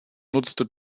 nutzte